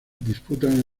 disputan